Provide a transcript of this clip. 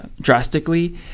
drastically